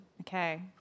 Okay